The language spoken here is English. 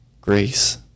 grace